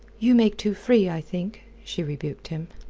you make too free, i think, she rebuked him.